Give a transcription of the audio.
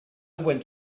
went